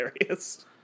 hilarious